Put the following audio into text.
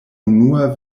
unua